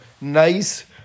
nice